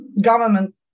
government